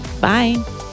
bye